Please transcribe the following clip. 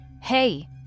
Hey